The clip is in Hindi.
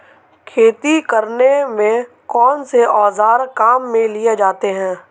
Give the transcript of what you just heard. खेती करने में कौनसे औज़ार काम में लिए जाते हैं?